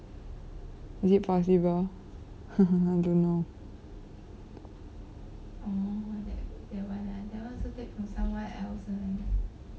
is it possible I don't know